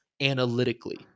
analytically